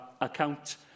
account